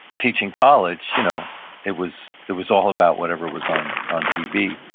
teaching college, you know it was it was all about whatever was on on tv.